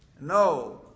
No